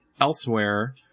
elsewhere